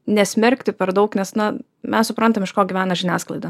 nesmerkti per daug nes na mes suprantam iš ko gyvena žiniasklaida